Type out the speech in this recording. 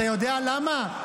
אתה יודע למה?